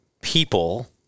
people